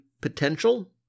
potential